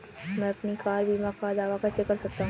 मैं अपनी कार बीमा का दावा कैसे कर सकता हूं?